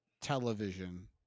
television